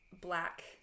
black